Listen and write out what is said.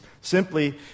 simply